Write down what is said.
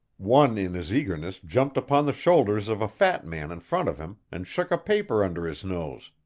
one in his eagerness jumped upon the shoulders of a fat man in front of him, and shook a paper under his nose.